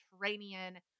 Mediterranean